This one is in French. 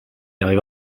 arriva